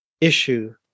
issue